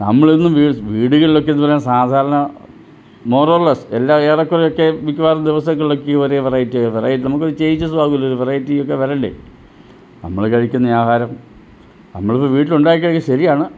നമ്മളിതെന്നും വി വീടുകളിലൊക്കെ എന്താ പറയുക സാധാരണ മോർ ഓർ ലെസ്സ് എല്ലാ ഏറെക്കുറെയൊക്കെയും മിക്കവാറും ദിവസങ്ങളിലൊക്കെ ഈ ഒരേ വെറൈറ്റി വെറൈ നമുക്കൊരു ചേഞ്ചസും ആവോമല്ലോ ഒരു വെറൈറ്റി ഒക്കെ വരണ്ടേ നമ്മള് കഴിക്കുന്നെ ആഹാരം നമ്മളിപ്പോള് വീട്ടിൽ ഉണ്ടാക്കി കഴിക്കും ശരിയാണ്